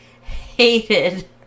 hated